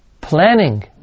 Planning